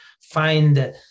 find